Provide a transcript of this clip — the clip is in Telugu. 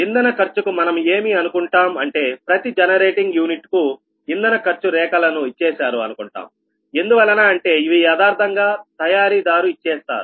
ఇంధన ఖర్చు కు మనము ఏమి అనుకుంటాం అంటే ప్రతి జనరేటింగ్ యూనిట్ కు ఇంధన ఖర్చు రేఖలను ఇచ్చేశారు అనుకుంటాం ఎందువలన అంటే ఇవి యదార్ధంగా తయారీదారు ఇచ్చేస్తారు